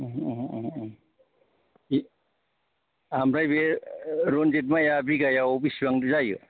ए ओमफ्राय बियो रनजित माइया बिघायाव बेसेबां जायो